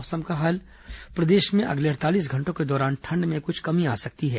मौसम प्रदेश में अगले अड़तालीस घंटों के दौरान ठंड में कुछ कमी आ सकती है